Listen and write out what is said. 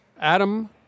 Adam